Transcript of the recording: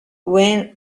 when